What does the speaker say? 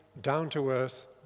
down-to-earth